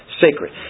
Sacred